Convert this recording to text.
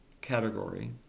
category